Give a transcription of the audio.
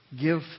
Give